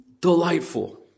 delightful